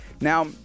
Now